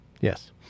yes